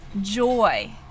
joy